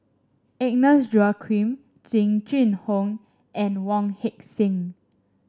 Agnes Joaquim Jing Jun Hong and Wong Heck Sing